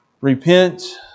repent